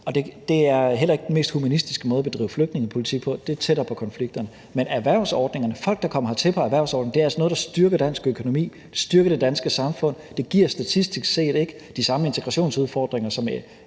det er heller ikke den mest humanistiske måde at bedrive flygtningepolitik på, for det ville være tættere på konflikterne. Men erhvervsordningerne, folk, der kommer hertil på en erhvervsordning, er altså noget, der styrker dansk økonomi, styrker det danske samfund, og det giver statistisk set ikke de samme integrationsudfordringer, som